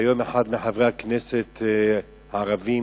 היום אחד מחברי הכנסת הערבים